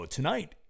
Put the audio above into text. Tonight